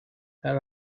had